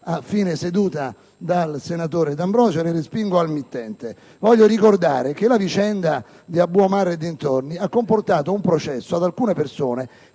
a fine seduta, dal senatore D'Ambrosio: le respingo al mittente. Voglio ricordare che la vicenda di Abu Omar e dintorni ha comportato un processo ad alcune persone